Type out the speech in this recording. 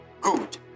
good